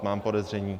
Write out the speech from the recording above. Mám podezření.